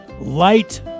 light